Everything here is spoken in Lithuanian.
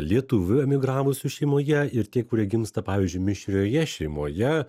lietuvių emigravusių šeimoje ir tie kurie gimsta pavyzdžiui mišrioje šeimoje